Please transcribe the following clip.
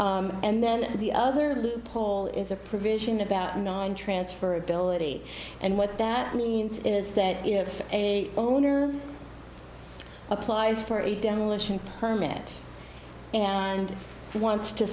and then the other loophole is a provision about non transfer ability and what that means is that if a owner applies for a demolition permit and he wants to